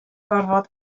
gorfod